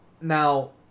Now